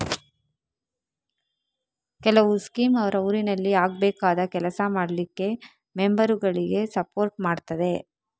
ಕೆಲವು ಸ್ಕೀಮ್ ಅವ್ರ ಊರಿನಲ್ಲಿ ಆಗ್ಬೇಕಾದ ಕೆಲಸ ಮಾಡ್ಲಿಕ್ಕೆ ಮೆಂಬರುಗಳಿಗೆ ಸಪೋರ್ಟ್ ಮಾಡ್ತದೆ